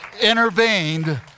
intervened